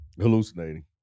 Hallucinating